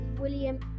William